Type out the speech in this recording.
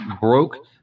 broke